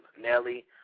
Nelly